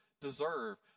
deserve